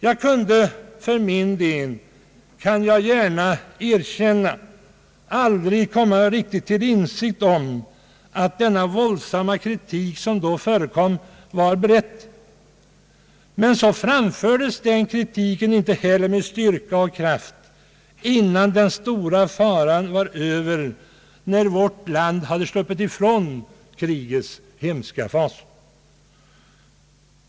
Jag kan gärna erkänna att jag för min del aldrig riktigt kunde förstå att den våldsamma kritik som då förekom var berättigad. Kritiken framfördes inte heller med styrka och kraft förrän den stora faran var över och vårt land hade sluppit ifrån krigets hemska fasor.